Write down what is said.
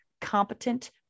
competent